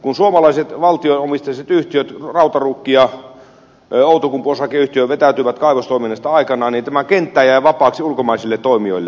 kun suomalaiset valtionomisteiset yhtiöt rautaruukki ja outokumpu vetäytyivät kaivostoiminnasta aikanaan niin tämä kenttä jäi vapaaksi ulkomaisille toimijoille